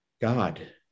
God